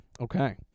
Okay